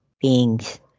beings